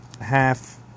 half